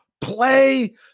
play